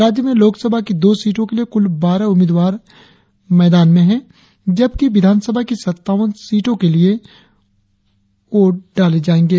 राज्य में लोकसभा की दो सीटों के लिए कुल बारह उम्मीदवार चुनाव मैदान में हैं जबकि विधानसभा की सत्तावन सीटों के लिए वोट डाले जाएंगे